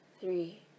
three